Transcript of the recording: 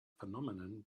phenomenon